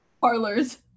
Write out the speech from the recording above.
parlors